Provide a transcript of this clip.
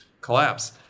collapse